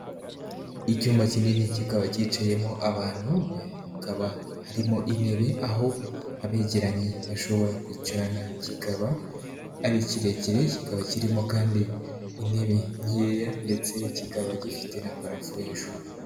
Icyumba kinini kikaba cyicayemo abantu, hakaba harimo intebe aho abegeranye bashobora kwicarana, kikaba ari kirekire, kikaba kirimo kandi intebe nkeya ndetse kikaba gifite na parafo hejuru.